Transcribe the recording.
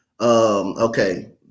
Okay